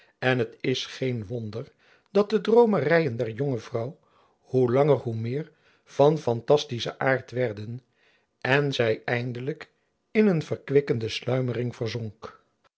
en het is geen wonder dat de droomeryen der jonge vrouw hoe langer hoe meer van fantastischen aart werden en zy eindelijk in een verkwikkende sluimering verzonk